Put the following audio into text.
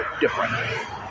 different